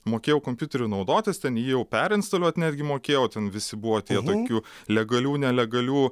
mokėjau kompiuteriu naudotis ten jį jau perinstaliuot netgi mokėjau o ten visi buvo tie tokių legalių nelegalių